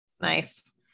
nice